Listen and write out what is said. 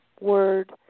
word